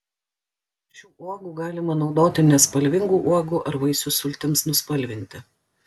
šių uogų galima naudoti nespalvingų uogų ar vaisių sultims nuspalvinti